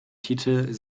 titel